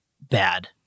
bad